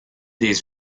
des